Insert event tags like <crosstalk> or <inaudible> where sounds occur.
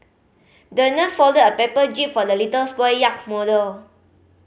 the nurse folded a paper jib for the little <unintelligible> boy yacht model